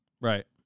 right